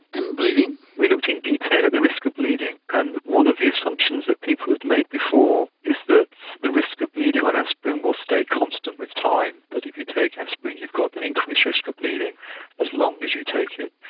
bleeding? we looked in detail at the risk of bleeding and one of the assumptions that people had made before is that the risk of bleeding on aspirin will stay constant with time, that if you take aspirin you've got an increased risk of bleeding as long as you take it.